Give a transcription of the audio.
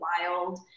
wild